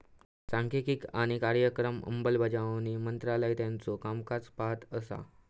सांख्यिकी आणि कार्यक्रम अंमलबजावणी मंत्रालय त्याचो कामकाज पाहत असा